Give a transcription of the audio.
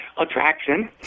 attraction